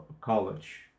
college